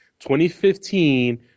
2015